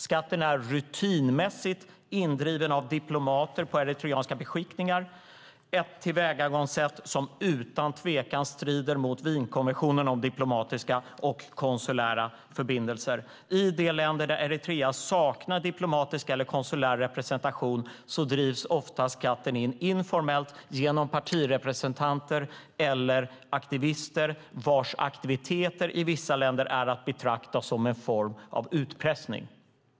Skatten är rutinmässigt indriven av diplomater på eritreanska beskickningar, ett tillvägagångssätt som utan tvekan strider mot Wienkonventionen om diplomatiska och konsulära förbindelser. I de länder där Eritrea saknar diplomatisk eller konsulär representation drivs skatten ofta in informellt genom partirepresentanter eller aktivister vars aktiviteter i vissa länder är att betrakta som en form av utpressning.